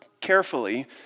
carefully